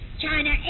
China